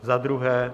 Za druhé.